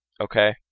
okay